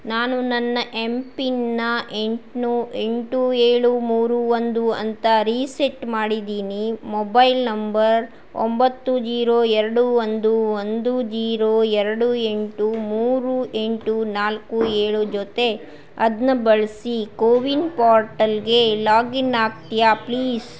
ನಾನು ನನ್ನ ಎಂ ಪಿನ್ನ ಎಂಟು ಎಂಟು ಏಳು ಮೂರು ಒಂದು ಅಂತ ರೀಸೆಟ್ ಮಾಡಿದ್ದೀನಿ ಮೊಬೈಲ್ ನಂಬರ್ ಒಂಬತ್ತು ಜೀರೋ ಎರಡು ಒಂದು ಒಂದು ಜೀರೋ ಎರಡು ಎಂಟು ಮೂರು ಎಂಟು ನಾಲ್ಕು ಏಳು ಜೊತೆ ಅದನ್ನ ಬಳಸಿ ಕೋವಿನ್ ಪೋರ್ಟಲ್ಗೆ ಲಾಗಿನ್ ಆಗ್ತೀಯಾ ಪ್ಲೀಸ್